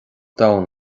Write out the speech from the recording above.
donn